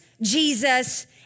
Jesus